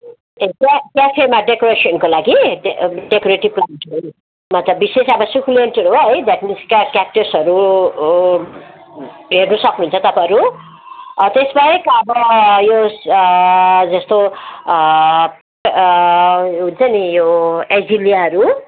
ए क्या क्याफेमा डेकोरेसनको लागि डे डेकोरेटिभ प्लान्ट मा ता विशेष अब सकुलेन्टहरू हो है जापानिज क्या क्याक्टसहरू हो हेर्नु सक्नुहुन्छ तपाईँहरू त्यसबाहेक अब यो जस्तो हुन्छ नि यो एजिलियाहरू